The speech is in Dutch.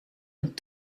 een